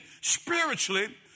spiritually